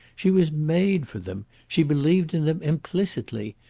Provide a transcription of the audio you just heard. she was made for them. she believed in them implicitly.